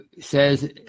says